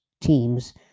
teams